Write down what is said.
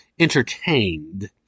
entertained